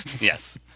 Yes